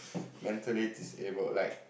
mentally disabled like